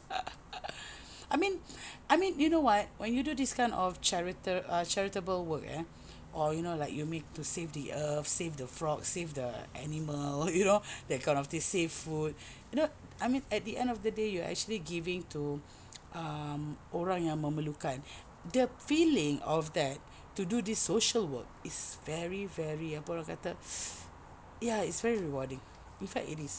I mean I mean you know what when you do this kind of charita~ charitable work eh or you know like you make to save the earth save the frog save the animals you know that kind of thing save food you know I mean at the end of the day you're actually giving to um orang yang memerlukan the feeling of that to do this social work is very very apa orang kata ya it's very rewarding in fact it is